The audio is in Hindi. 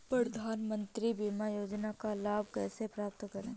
प्रधानमंत्री फसल बीमा योजना का लाभ कैसे प्राप्त करें?